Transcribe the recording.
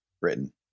britain